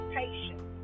patience